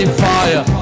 fire